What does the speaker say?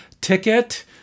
ticket